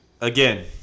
again